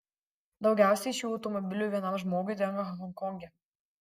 daugiausiai šių automobilių vienam žmogui tenka honkonge